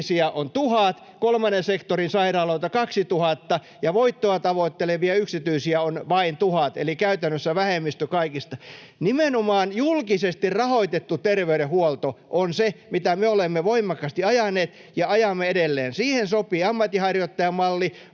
julkisia on 1 000, kolmannen sektorin sairaaloita 2 000 ja voittoa tavoittelevia yksityisiä on vain 1 000, eli käytännössä vähemmistö kaikista. Nimenomaan julkisesti rahoitettu terveydenhuolto on se, mitä me olemme voimakkaasti ajaneet ja ajamme edelleen. Siihen sopii ammatinharjoittajamalli,